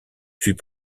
fut